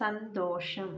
സന്തോഷം